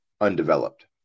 undeveloped